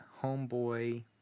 Homeboy